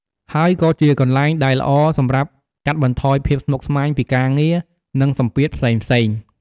ហើយក៏ជាកន្លែងដែលល្អសម្រាប់កាត់បន្ថយភាពស្មុគស្មាញពីការងារ និងសម្ពាធផ្សេងៗ។